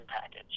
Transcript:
package